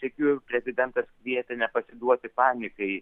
sykiu prezidentas kvietė nepasiduoti panikai